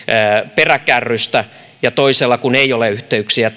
peräkärrystä ja toisella kun ei ole yhteyksiä